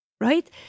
Right